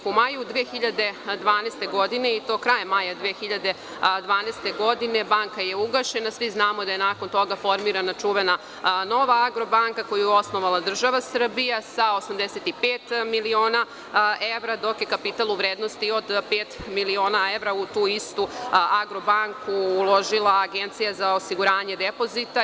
Krajem maja 2012. godine banka je ugašena, a svi znamo da je nakon toga formirana čuvena „Nova Agrobanka“, koju je osnovala država Srbija sa 85 miliona evra, dok je kapital u vrednosti od pet miliona evra u tu istu „Agrobanku“ uložila Agencija za osiguranje depozita.